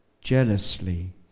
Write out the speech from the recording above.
jealously